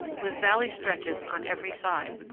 with valley stretches on every side,